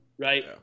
Right